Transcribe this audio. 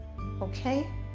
Okay